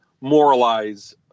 moralize